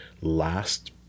last